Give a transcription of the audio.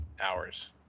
hours